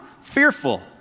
fearful